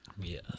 Yes